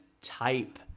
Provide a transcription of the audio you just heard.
type